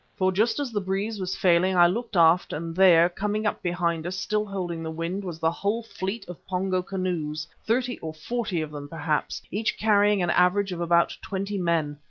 for just as the breeze was failing i looked aft and there, coming up behind us, still holding the wind, was the whole fleet of pongo canoes, thirty or forty of them perhaps, each carrying an average of about twenty men.